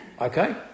Okay